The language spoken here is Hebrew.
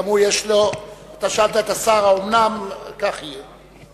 גם הוא יש לו, אתה שאלת את השר: האומנם כך יהיה?